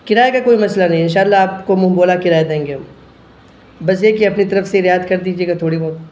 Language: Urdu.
کرائے کا کوئی مسئلہ نہیں ہے ان شاء اللہ آپ کو منہ بولا کرایہ دیں گے ہم بس یہ کہ اپنی طرف سے رعایت کر دیجیے گا تھوڑی بہت